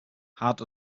hard